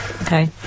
Okay